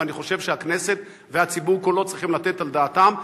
ואני חושב שהכנסת והציבור כולו צריכים לתת את דעתם.